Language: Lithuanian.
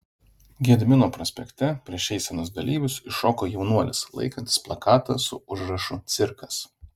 gedimino prospekte prieš eisenos dalyvius iššoko jaunuolis laikantis plakatą su užrašu cirkas